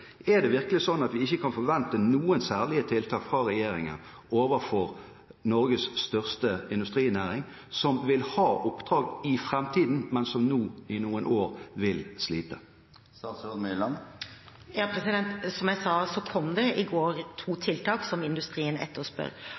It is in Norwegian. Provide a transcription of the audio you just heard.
Er det virkelig slik at vi ikke kan forvente noen særlige tiltak fra regjeringen overfor Norges største industrinæring, som vil ha oppdrag i framtiden, men som nå i noen år vil slite? Som jeg sa, kom det i går to tiltak som industrien etterspør.